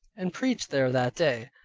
and preached there that day.